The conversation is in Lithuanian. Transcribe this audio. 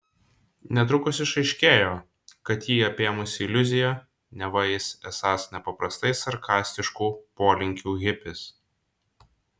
netrukus išaiškėjo kad jį apėmusi iliuzija neva jis esąs nepaprastai sarkastiškų polinkių hipis